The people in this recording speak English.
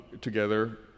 together